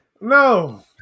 No